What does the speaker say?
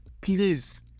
Please